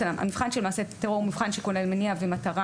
המבחן של מעשה טרור הוא מבחן שכולל מניע ומטרה